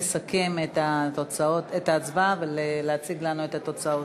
לסכם את ההצבעה ולהציג לנו את התוצאות.